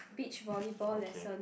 beach volleyball lesson